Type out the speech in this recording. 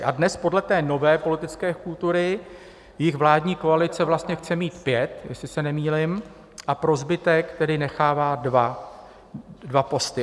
A dnes podle té nové politické kultury jich vládní koalice vlastně chce mít pět, jestli se nemýlím, a pro zbytek nechává dva posty.